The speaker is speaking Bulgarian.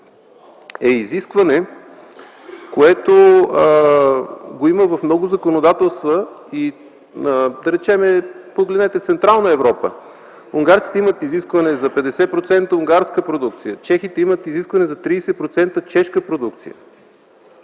е изискване, което го има в много законодателства. Погледнете Централна Европа. Унгарците имат изискване за 50% унгарска продукция. Чехите имат изискване за 30% чешка продукция.